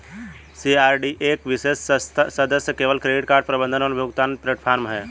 CRED एक विशेष सदस्य केवल क्रेडिट कार्ड प्रबंधन और बिल भुगतान प्लेटफ़ॉर्म है